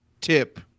tip